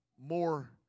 more